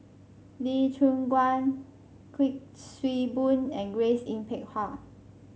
Lee Choon Guan Kuik Swee Boon and Grace Yin Peck Ha